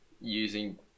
using